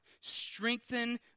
strengthen